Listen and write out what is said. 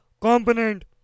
component